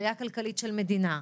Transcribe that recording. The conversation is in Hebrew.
ראייה כלכלית של מדינה,